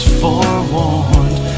forewarned